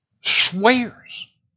swears